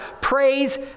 praise